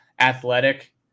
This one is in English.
athletic